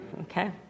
Okay